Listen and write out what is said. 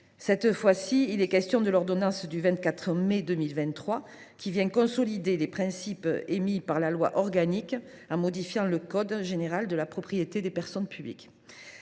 Cette fois ci, il est question de l’ordonnance du 24 mai 2023 qui consolide les principes émis par la loi organique en modifiant le code général de la propriété des personnes publiques.